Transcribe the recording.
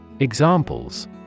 Examples